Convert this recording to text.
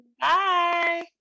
bye